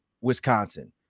Wisconsin